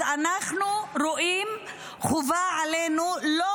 אז אנחנו רואים חובה עלינו להתריע על הכיבוש,